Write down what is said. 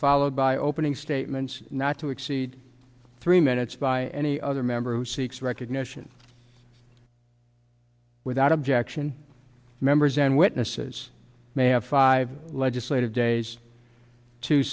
followed by opening statements not to exceed three minutes by any other member who seeks recognition without objection members and witnesses may have five legislative days to